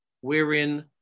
wherein